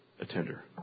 attender